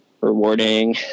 rewarding